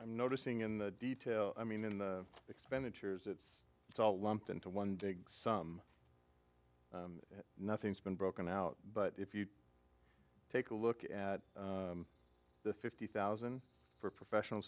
i'm noticing in the detail i mean in the expenditures it's it's all lumped into one big nothing's been broken out but if you take a look at the fifty thousand for professional